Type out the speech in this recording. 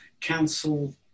council